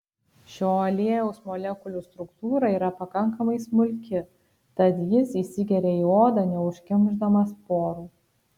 šio aliejaus molekulių struktūra yra pakankamai smulki tad jis įsigeria į odą neužkimšdamas porų